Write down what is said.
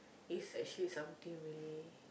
is actually something really